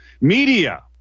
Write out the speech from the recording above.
media